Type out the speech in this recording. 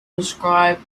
described